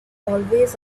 always